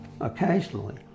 occasionally